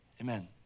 Amen